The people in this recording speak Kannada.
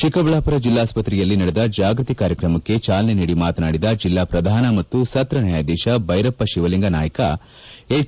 ಚಿಕ್ಕಬಳ್ಳಾಪುರ ಜಿಲ್ಲಾಸ್ತ್ರೆಯಲ್ಲಿ ನಡೆದ ಜಾಗೃತಿ ಕಾರ್ಯಕ್ರಮಕ್ಕೆ ಚಾಲನೆ ನೀಡಿ ಮಾತನಾಡಿದ ಜಿಲ್ಲಾ ಪ್ರಧಾನ ಮತ್ತು ಸತ್ರ ನ್ವಾಯಾಧೀತ ಬೈರಪ್ಪ ಶಿವಲಿಂಗ ನಾಯಿಕ ಪೆಜ್